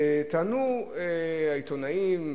טענו העיתונאים,